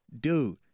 Dude